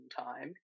time